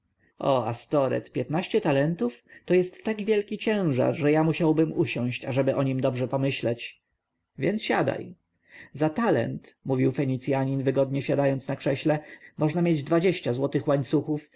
o astoreth piętnaście talentów to jest tak wielki ciężar że ja musiałbym usiąść ażeby o nim dobrze pomyśleć więc siadaj za talent mówił fenicjanin wygodnie siadając na krześle można mieć dwadzieścia złotych łańcuchów